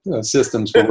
systems